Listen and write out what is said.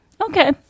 Okay